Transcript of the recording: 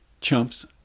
Chumps